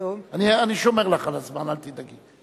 אני שומר לך על הזמן, אל תדאגי.